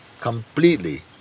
completely